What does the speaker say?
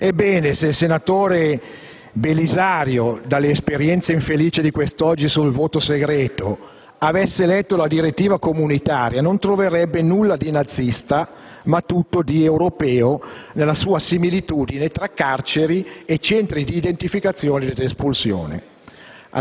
Ebbene, se il senatore Belisario, dall'esperienza infelice di quest'oggi sul voto segreto, avesse letto la direttiva comunitaria, non troverebbe nulla di nazista, ma tutto di europeo nella sua similitudine tra carceri e Centri di identificazione ed espulsione.